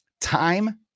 time